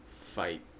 fight